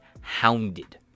hounded